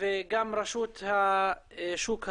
וגם רשות שוק ההון.